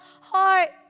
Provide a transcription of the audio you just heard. heart